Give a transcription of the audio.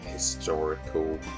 Historical